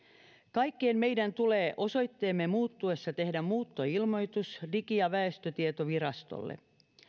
kaikkien meidän tulee osoitteemme muuttuessa tehdä muuttoilmoitus digi ja väestötietovirastolle